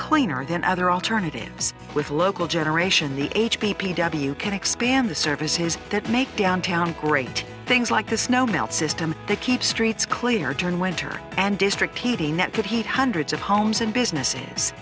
cleaner than other alternatives with local generation the h p p w can expand the services that make downtown great things like the snow melt system that keep streets clear john winter and district heating that could heat hundreds of homes and businesses